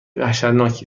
وحشتناکی